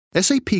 SAP